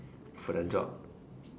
for their job